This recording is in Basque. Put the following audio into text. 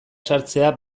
sartzea